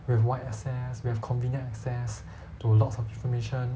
we have wide access we have convenient access to lots of information